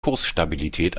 kursstabilität